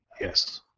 Yes